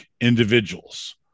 individuals